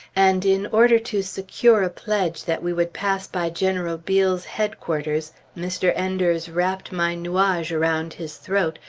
and in order to secure a pledge that we would pass by general beale's headquarters, mr. enders wrapped my nuage around his throat,